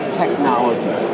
technology